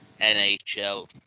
NHL